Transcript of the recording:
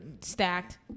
Stacked